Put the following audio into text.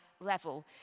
level